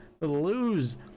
lose